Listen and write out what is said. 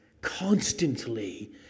constantly